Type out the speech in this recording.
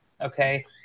Okay